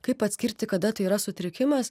kaip atskirti kada tai yra sutrikimas